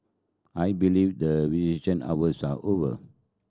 I believe the visitation hours are over